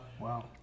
Wow